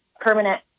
permanent